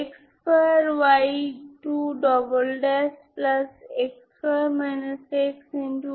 এটি একটি সমাধান Pnx এই লেজেন্ড্রে ইকুয়েশনের জন্য সীমাবদ্ধ সমাধান